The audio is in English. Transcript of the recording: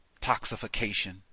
toxification